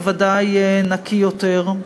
בוודאי נקי יותר,